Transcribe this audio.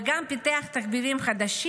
וגם פיתח תחביבים חדשים.